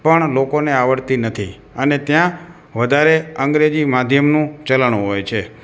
પણ લોકોને આવડતી નથી અને ત્યાં વધારે અંગ્રેજી માધ્યમનું ચલણ હોય છે